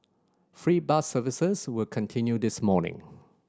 free bus services will continue this morning